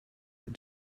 that